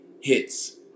hits